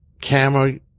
camera